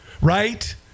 right